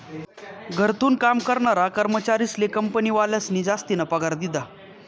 घरथून काम करनारा कर्मचारीस्ले कंपनीवालास्नी जासतीना पगार दिधा